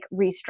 restructure